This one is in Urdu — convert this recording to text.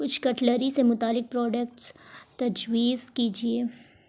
کچھ کٹلری سے متعلق پراڈکٹس تجویز کیجیے